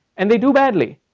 and they do badly.